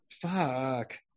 fuck